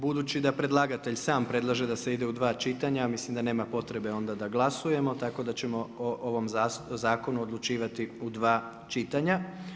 Budući da predlagatelj sam predlaže da se ide u 2 čitanja, mislim da nema potrebe onda da glasujemo, tako da ćemo o ovom zakonu odlučivati u 2 čitanja.